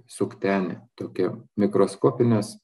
suktenė tokia mikroskopinės